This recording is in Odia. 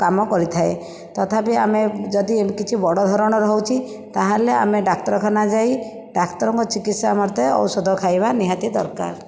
କାମ କରିଥାଏ ତଥାପି ଆମେ ଯଦି କିଛି ବଡ଼ ଧରଣର ହେଉଛି ତାହେଲେ ଆମେ ଡାକ୍ତରଖାନା ଯାଇ ଡାକ୍ତରଙ୍କ ଚିକିତ୍ସା ମର୍ତେ ଔଷଧ ଖାଇବା ନିହାତି ଦରକାର